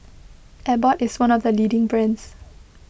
Abbott is one of the leading brands